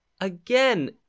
again